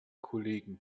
kollegen